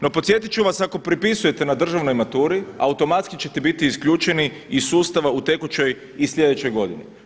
No podsjetit ću vas ako prepisujete na državnoj maturi, automatski ćete biti isključeni iz sustava u tekućoj i sljedećoj godini.